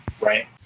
right